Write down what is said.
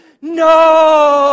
No